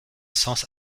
sens